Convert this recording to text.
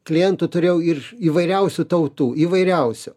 klientų turėjau ir įvairiausių tautų įvairiausių